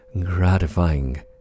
gratifying